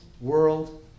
world